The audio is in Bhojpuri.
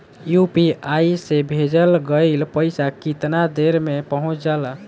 यू.पी.आई से भेजल गईल पईसा कितना देर में पहुंच जाला?